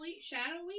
shadowy